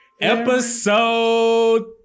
Episode